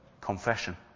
confession